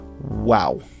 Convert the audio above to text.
Wow